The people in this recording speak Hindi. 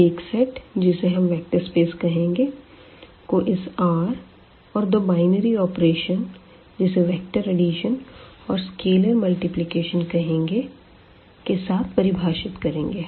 एक सेट जिसे हम वेक्टर स्पेस कहेंगे को इस R और दो बाइनरी ऑपरेशन जिसे वेक्टर अडिशन और स्केलर मल्टीप्लिकेशन कहेंगे के साथ परिभाषित करेंगे